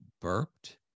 burped